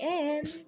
end